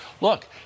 look